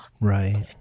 Right